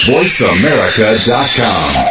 VoiceAmerica.com